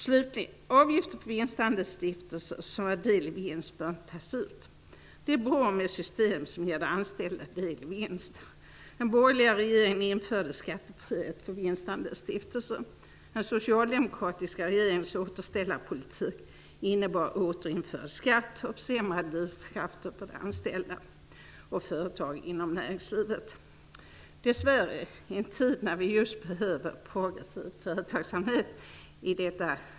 Slutligen: Avgifter på vinstandelsstiftelser som är del i vinst bör inte tas ut. Det är bra med system som ger de anställda del i vinsten. Den borgerliga regeringen införde skattebefrielse för vinstandelsstiftelser. Den socialdemokratiska regeringens återställarpolitik innebar återinförd skatt och försämrade drivkrafter för anställda och företag inom näringslivet. Dessvärre sker detta i en tid när vi behöver just progressiv företagsamhet.